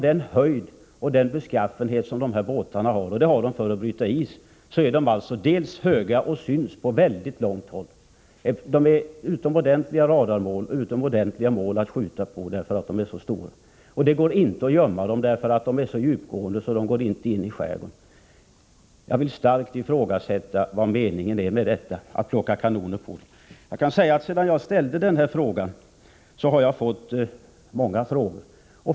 På grund av den beskaffenhet som de här båtarna har för att kunna bryta is är de höga och syns på väldigt långt håll. De är utomordentliga radarmål och, eftersom de är så stora, också utomordentliga mål att skjuta på. Det går inte att gömma dem, eftersom de är så djupgående att de inte kan gå in i skärgården annat än i mycket begränsad omfattning. Jag vill starkt ifrågasätta meningen med att bestycka isbrytarna med kanoner. Jag kan nämna att många har kontaktat mig sedan jag ställde frågan.